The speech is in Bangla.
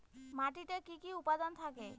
মাটিতে কি কি উপাদান থাকে?